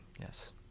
Yes